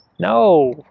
No